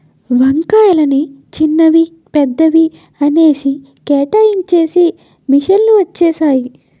వంకాయలని చిన్నవి పెద్దవి అనేసి కేటాయించేసి మిషన్ లు వచ్చేసాయి